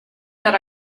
that